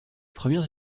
premières